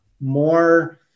more